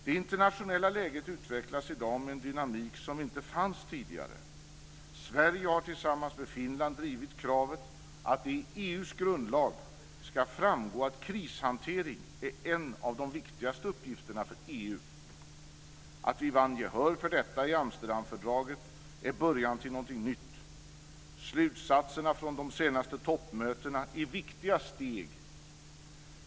Det internationella läget utvecklas i dag med en dynamik som inte fanns tidigare. Sverige har tillsammans med Finland drivit kravet att det i EU:s grundlag ska framgå att krishantering är en av de viktigaste uppgifterna för EU. Att vi vann gehör för detta i Amsterdamfördraget är början till något nytt. Slutsatserna från de senaste toppmötena är viktiga steg.